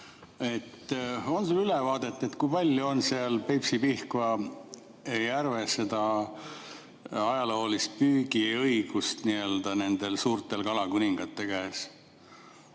On sul ülevaadet, kui palju on seal Peipsi ja Pihkva järvel ajaloolist püügiõigust suurte kalakuningate käes?